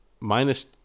minus